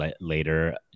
later